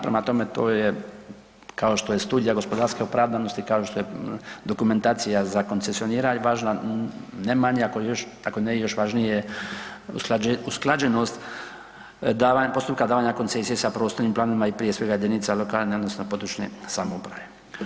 Prema tome to je, kao što je studija gospodarske opravdanosti, kao što je dokumentacija za koncesioniranje važna ne manje, ako još, dakle ne još važnije usklađenost postupka davanja koncesije sa prostornim planovima i prije svega jedinica lokalne odnosno područne samouprave.